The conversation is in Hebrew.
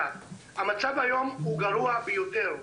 המצב היום הוא גרוע ביותר.